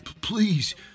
please